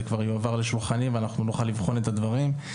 זה כבר יועבר לשולחני ואנחנו נוכל לבחון את הדברים.